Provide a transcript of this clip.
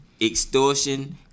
Extortion